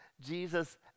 Jesus